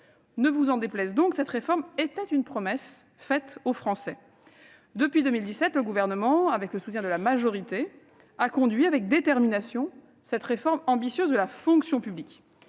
Ne vous déplaise, cette réforme était donc une promesse faite aux Français. Depuis 2017, le Gouvernement, avec le soutien de la majorité, a conduit avec détermination cette réforme ambitieuse de notre fonction publique.